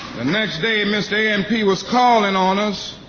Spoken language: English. the next day mr. a and p was calling on us,